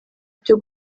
byo